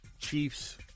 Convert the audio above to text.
Chiefs